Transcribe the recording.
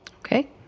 Okay